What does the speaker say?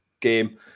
game